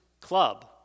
club